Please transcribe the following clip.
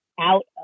out